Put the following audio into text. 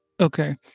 Okay